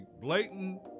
blatant